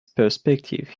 perspective